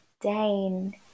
Dane